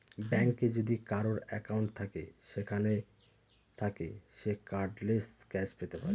ব্যাঙ্কে যদি কারোর একাউন্ট থাকে সেখান থাকে সে কার্ডলেস ক্যাশ পেতে পারে